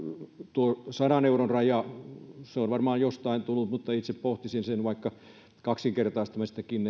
tuo sadan euron raja on varmaan jostain tullut mutta itse pohtisin vaikka sen kaksinkertaistamistakin